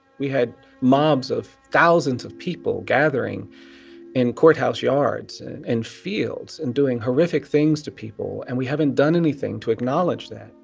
we had mobs of thousands of people gathering in courthouse yards and fields and doing horrific things to people and we haven't done anything to acknowledge that.